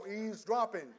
eavesdropping